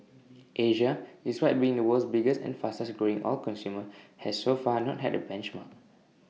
Asia despite being the world's biggest and fastest growing oil consumer has so far not had A benchmark